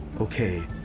Okay